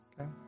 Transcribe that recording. Okay